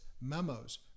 memos